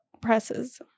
presses